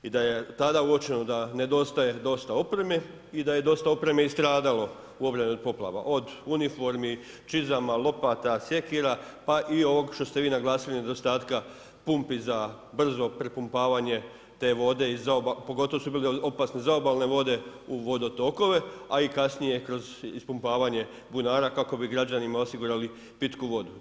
I da je tamo uočeno da nedostaje dosta opreme i da je dosta opreme i stradalo u obrani od poplava od uniformi, lopata, sjekira pa i ovog što ste vi naglasili nedostatka pumpi za brzo prepumpavanje te vode, pogotovo su bile opasne zaobalne vode u vodotokove a i kasnije kroz ispumpavanje bunara kako bi građanima osigurali pitku vodu.